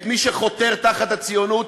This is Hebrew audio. את מי שחותר תחת הציונות,